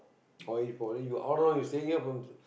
oh for you uh how long you staying here from